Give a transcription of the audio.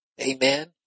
Amen